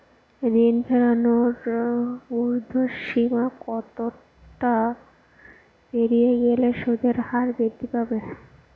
ঋণ ফেরানোর উর্ধ্বসীমা কতটা পেরিয়ে গেলে সুদের হার বৃদ্ধি পাবে?